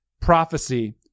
prophecy